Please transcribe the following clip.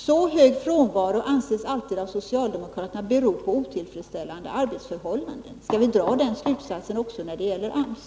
Så hög frånvaro anses alltid av socialdemokraterna bero på otillfredsställande arbetsförhållanden. Skall vi dra den slutsatsen också när det gäller AMS?